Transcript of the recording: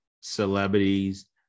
celebrities